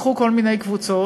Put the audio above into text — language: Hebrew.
ייקחו כל מיני קבוצות,